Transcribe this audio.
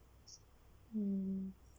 um